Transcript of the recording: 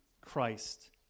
Christ